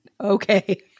Okay